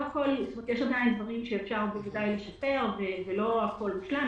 יש דברים שאפשר בוודאי לשפר ולא הכול מושלם.